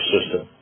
System